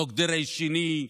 חוק דרעי שני,